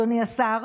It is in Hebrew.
אדוני השר,